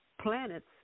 planets